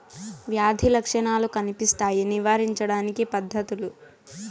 వ్యాధి లక్షణాలు కనిపిస్తాయి నివారించడానికి పద్ధతులు?